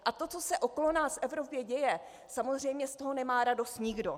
A to, co se okolo nás v Evropě děje, samozřejmě z toho nemá radost nikdo.